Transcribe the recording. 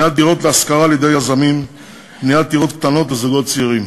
לבניית דירות להשכרה על-ידי יזמים ולבניית דירות קטנות לזוגות צעירים.